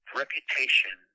reputation